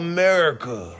America